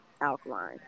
alkaline